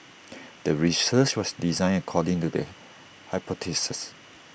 the research was designed according to the hypothesis